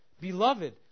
Beloved